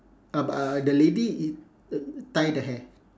ab~ uh the lady i~ uh tie the hair